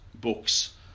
books